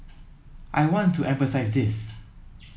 I want to emphasise this